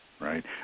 right